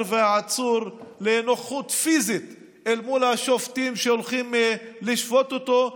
והעצור לנוכחות פיזית אל מול השופטים שהולכים לשפוט אותו.